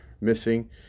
missing